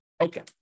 Okay